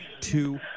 two